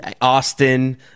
Austin